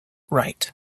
right